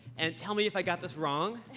and tell me if i got this wrong.